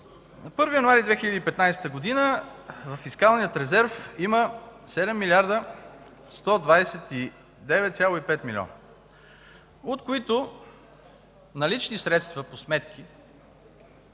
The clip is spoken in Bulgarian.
1 януари 2015 г. във фискалния резерв има 7 млрд. 129,5 милиона, от които налични средства по сметки